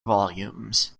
volumes